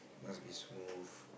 must be smooth